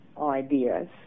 ideas